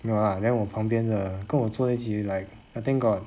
没有 ah then 我旁边的跟我坐一起 like I think got